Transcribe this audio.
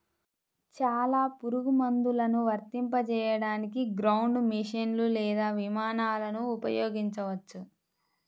చాలా పురుగుమందులను వర్తింపజేయడానికి గ్రౌండ్ మెషీన్లు లేదా విమానాలను ఉపయోగించవచ్చు